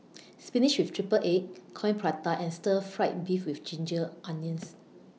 Spinach with Triple Egg Coin Prata and Stir Fried Beef with Ginger Onions